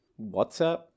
WhatsApp